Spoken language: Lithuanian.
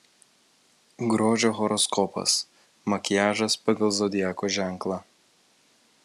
grožio horoskopas makiažas pagal zodiako ženklą